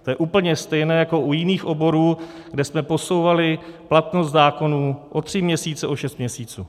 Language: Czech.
Je to úplně stejné jako u jiných oborů, kde jsme posouvali platnost zákonů o tři měsíce, o šest měsíců.